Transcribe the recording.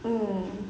mm